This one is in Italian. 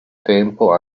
tempo